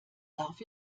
darf